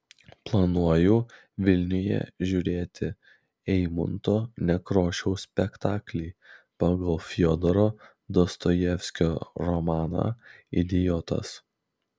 planuoju vilniuje žiūrėti eimunto nekrošiaus spektaklį pagal fiodoro dostojevskio romaną idiotas